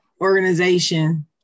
organization